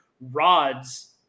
rods